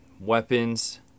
weapons